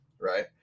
Right